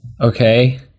Okay